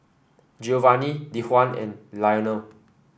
Giovanny Dejuan and Lionel